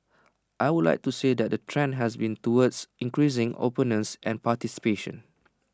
I would say that the trend has been towards increasing openness and participation